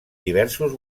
diversos